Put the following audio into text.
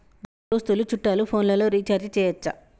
దోస్తులు చుట్టాలు ఫోన్లలో రీఛార్జి చేయచ్చా?